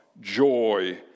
joy